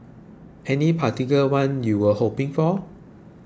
any particular one you were hoping for